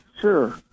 sure